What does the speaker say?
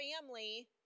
family